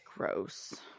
Gross